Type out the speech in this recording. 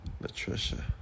Latricia